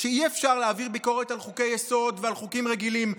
שאי-אפשר להעביר ביקורת על חוקי-יסוד ועל חוקים רגילים,